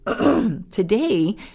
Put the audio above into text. today